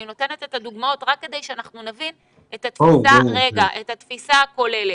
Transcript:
אני נותנת את הדוגמאות רק כדי שנבין את התפיסה הכוללת.